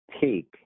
take